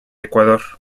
ecuador